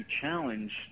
challenge